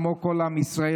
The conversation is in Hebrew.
כמו כל עם ישראל,